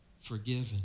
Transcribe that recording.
forgiven